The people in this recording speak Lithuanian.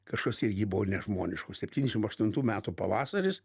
kažkas irgi buvo nežmoniško septyniasdešim aštuntų metų pavasaris